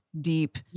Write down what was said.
deep